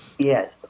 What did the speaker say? Yes